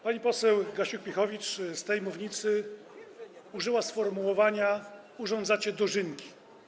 Pani poseł Gasiuk-Pihowicz z tej mównicy użyła sformułowania: urządzacie dożynki.